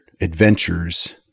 adventures